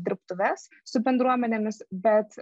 dirbtuves su bendruomenėmis bet